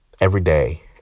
Everyday